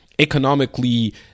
Economically